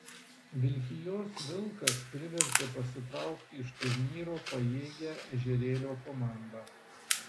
vilkijos vilkas privertė pasitraukti iš turnyro pajėgią ežerėlio komandą